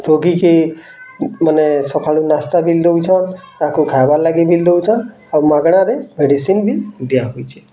ରୋଗିକେ ମାନେ ସକାଲୁ ନାସ୍ତା ବିଲ୍ ଦେଉଛନ୍ ତାକୁ ଖାଇବାର୍ ଲାଗି ବିଲ୍ ଦେଉଛନ୍ ଆଉ ମାଗଣାରେ ମେଡ଼ିସିନ୍ ବି ଦିଆ ହେଉଛି